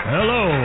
Hello